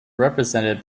represented